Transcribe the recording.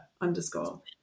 underscore